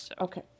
Okay